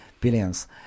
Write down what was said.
billions